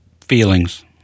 Feelings